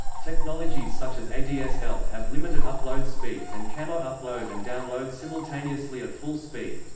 technologies such as adsl have limited upload speeds and cannot upload and download simultaneously at full speed.